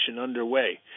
underway